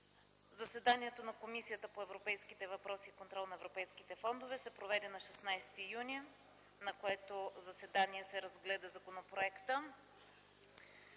Заседанието на Комисията по европейските въпроси и контрол на европейските фондове се проведе на 16 юни 2010 г., на което се разгледа законопроектът.